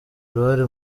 uruhare